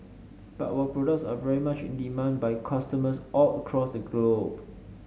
but our products are very much in demand by customers all across the globe